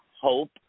Hope